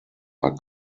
are